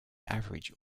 average